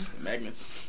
Magnets